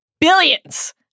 Billions